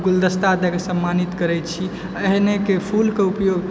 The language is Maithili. गुलदस्ता दय के सम्मानित करै छी एहना कऽ फूल के उपयोग